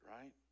right